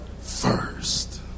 first